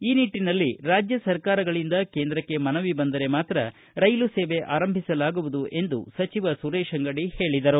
ಈ ನಿಟ್ಟನಲ್ಲಿ ರಾಜ್ಯ ಸರ್ಕಾರಗಳಿಂದ ಕೇಂದ್ರಕ್ಕೆ ಮನವಿ ಬಂದರೆ ಮಾತ್ರ ರೈಲು ಸೇವೆ ಆರಂಭಿಸಲಾಗುವುದು ಎಂದು ಸಚಿವ ಸುರೇತ ಅಂಗಡಿ ಹೇಳಿದರು